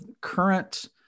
current